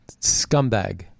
Scumbag